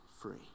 free